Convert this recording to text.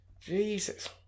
Jesus